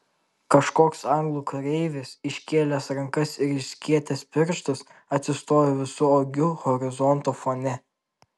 kažkoks anglų kareivis iškėlęs rankas ir išskėtęs pirštus atsistojo visu ūgiu horizonto fone